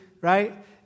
right